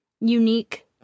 unique